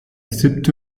siebte